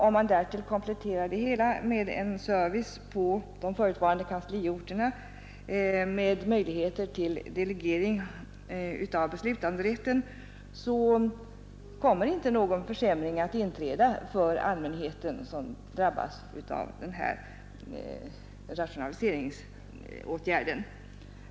Om man därtill kompletterar organisationen med en service på de förutvarande kansliorterna och med möjligheter till delegering av beslutanderätten, så kommer inte någon försämring att inträda för den allmänhet som drabbas av rationaliseringsåtgärden.